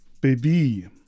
baby